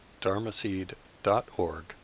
dharmaseed.org